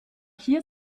hier